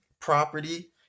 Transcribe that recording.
Property